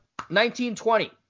1920